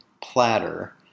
platter